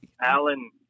Alan